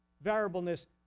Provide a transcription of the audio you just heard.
variableness